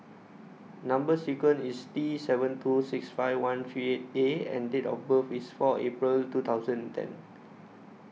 Number sequence IS T seven two six five one three eight A and Date of birth IS four April two thousand and ten